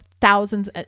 thousands